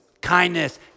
Kindness